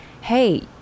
hey